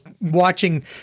watching